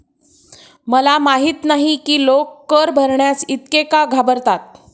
मला माहित नाही की लोक कर भरण्यास इतके का घाबरतात